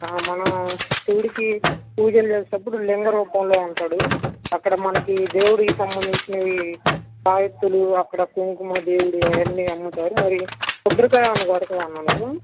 మనం శివుడికి పూజలు చేసేటప్పుడు లింగ రూపంలో ఉంటాడు అక్కడ మనకి దేవుడికి సంబంధించినవి తాయెత్తులు అక్కడ కుంకుమ దేవుడివి అవన్నీ అమ్ముతారు మరి కొబ్బరికాయ ఏమైనా కొడతావా అన్నా నువ్వు